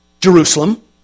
Jerusalem